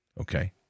okay